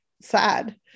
sad